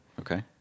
okay